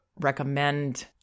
recommend